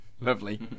Lovely